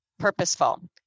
purposeful